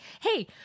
Hey